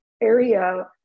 area